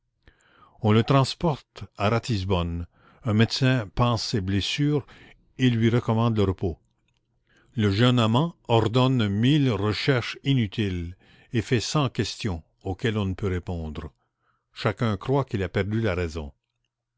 on le transporte à ratisbonne un médecin panse ses blessures et lui recommande le repos le jeune amant ordonne mille recherches inutiles et fait cent questions auxquelles on ne peut répondre chacun croit qu'il a perdu la raison